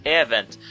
event